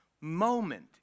moment